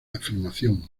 afirmación